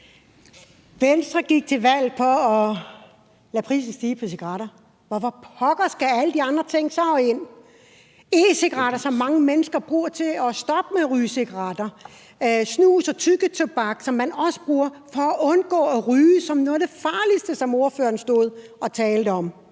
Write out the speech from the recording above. Venstre gik til valg på at lade prisen stige på cigaretter. Hvorfor pokker skal alle de andre ting så ind – e-cigaretter, som mange mennesker bruger til at stoppe med at ryge cigaretter, og snus og tyggetobak, som man også bruger for at undgå at ryge – som noget af det farligste, som ordføreren stod og talte om?